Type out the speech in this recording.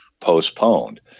postponed